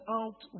out